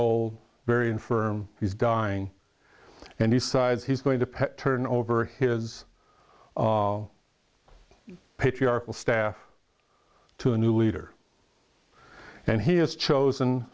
old very infirm he's dying and decides he's going to turn over his patriarchal staff to a new leader and he has chosen